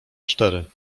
cztery